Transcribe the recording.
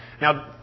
Now